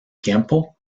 tiempo